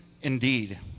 indeed